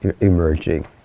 emerging